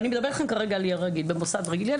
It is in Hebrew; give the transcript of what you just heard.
אני מדברת אתכם כרגע על ילד רגיל במוסד רגיל.